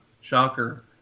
shocker